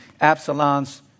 Absalom's